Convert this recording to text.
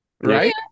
Right